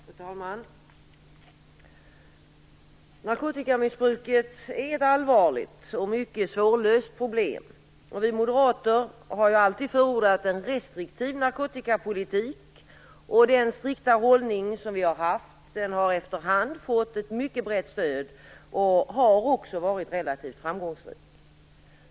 Fru talman! Narkotikamissbruket är ett allvarligt och mycket svårlöst problem. Vi moderater har alltid förordat en restriktiv narkotikapolitik. Den strikta hållning som vi har haft har efter hand fått ett mycket brett stöd och har också varit relativt framgångsrik.